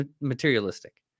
materialistic